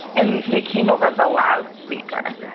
and they came over the loudspeaker.